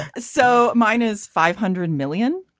so minus five hundred million.